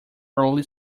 early